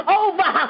over